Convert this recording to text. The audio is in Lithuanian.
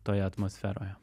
toje atmosferoje